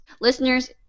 Listeners